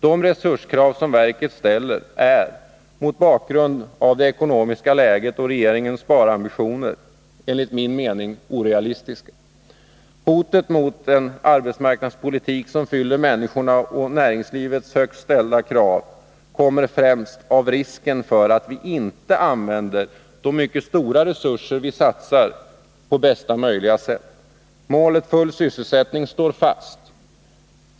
De resurskrav som verket ställer är — mot bakgrund av det ekonomiska läget och regeringens sparambitioner — enligt min mening orealistiska. Hotet mot en arbetsmarknadspolitik som fyller människornas och näringslivets högt ställda krav kommer främst av risken för att vi inte använder de mycket stora resurser vi satsar på bästa möjliga sätt. Målet full sysselsättning står fast.